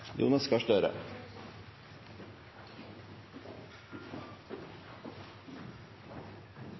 representanten Gahr Støre